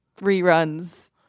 reruns